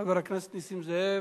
חבר הכנסת נסים זאב,